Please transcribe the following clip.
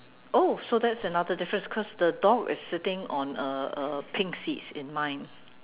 oh so that's another difference cause the dog is sitting on a a pink seats in mine